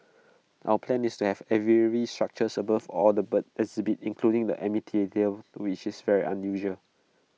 our plan is to have aviary structures above all the bird exhibits including the amphitheatre which is very unusual